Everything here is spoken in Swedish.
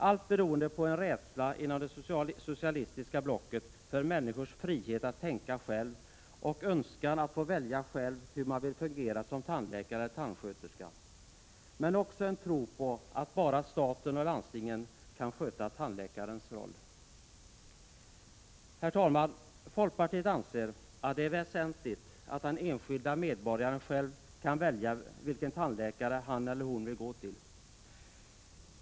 Allt beror på en rädsla inom det socialistiska blocket för människors frihet att tänka själv och önskan att få välja själv hur man vill fungera som tandläkare eller tandsköterska, men också på en tro att bara staten och landstingen kan sköta tandläkarens roll. Herr talman! Folkpartiet anser att det är väsentligt att den enskilda medborgaren själv kan välja vilken tandläkare han eller hon vill gå till.